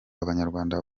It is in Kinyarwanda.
abanyarwanda